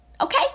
okay